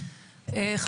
בבקשה.